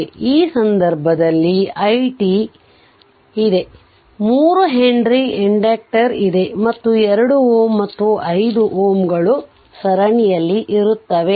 ಆದ್ದರಿಂದ ಈ ಸಂದರ್ಭದಲ್ಲಿ ಈ i t ಇದೆ 3 Henry ಇಂಡಕ್ಟರ್ ಇದೆ ಮತ್ತು ಈ 2 Ω ಮತ್ತು 5 Ω ಗಳು ಸರಣಿಯಲ್ಲಿರುತ್ತವೆ